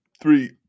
Three